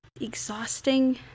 exhausting